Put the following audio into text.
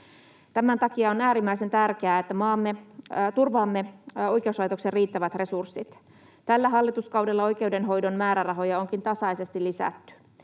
Tämän takia on äärimmäisen tärkeää, että turvaamme oikeuslaitoksen riittävät resurssit. Tällä hallituskaudella oikeudenhoidon määrärahoja onkin tasaisesti lisätty.